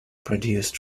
produced